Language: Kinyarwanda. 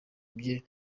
bye